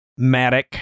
Matic